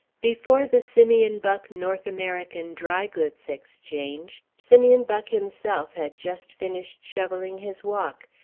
before the simeon buck north american dry goods exchange, simeon buck himself had just finished shoveling his walk,